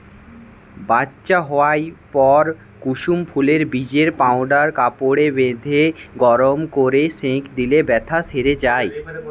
বাচ্চা হোয়ার পর কুসুম ফুলের বীজের পাউডার কাপড়ে বেঁধে গরম কোরে সেঁক দিলে বেথ্যা সেরে যায়